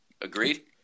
Agreed